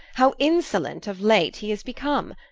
how insolent of late he is become,